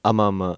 ah mah ah mah